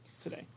today